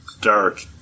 dark